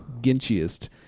Ginchiest